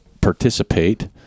participate